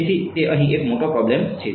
તેથી તે અહીં એક મોટી પ્રોબ્લેમ છે